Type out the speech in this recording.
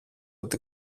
την